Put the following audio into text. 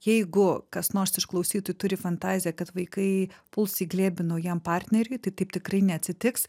jeigu kas nors iš klausytojų turi fantaziją kad vaikai puls į glėbį naujam partneriui tai taip tikrai neatsitiks